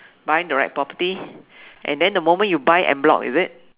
buying the right property and then the moment you buy en-bloc is it